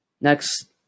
Next